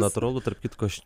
natūralu tarp kitko aš